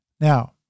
Now